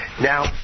Now